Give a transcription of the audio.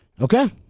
Okay